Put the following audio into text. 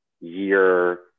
year